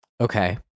Okay